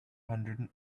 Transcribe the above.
hundred